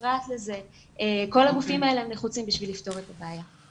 פרט לזה כל הגופים האלה נחוצים בשביל לפתור את הבעיה.